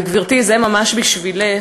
וגברתי, זה ממש בשבילך.